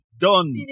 Done